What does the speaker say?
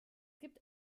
gibt